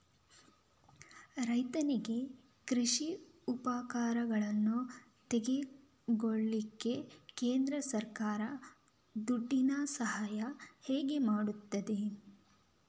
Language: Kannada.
ರೈತನಿಗೆ ಕೃಷಿ ಉಪಕರಣಗಳನ್ನು ತೆಗೊಳ್ಳಿಕ್ಕೆ ಕೇಂದ್ರ ಸರ್ಕಾರ ದುಡ್ಡಿನ ಸಹಾಯ ಹೇಗೆ ಮಾಡ್ತದೆ?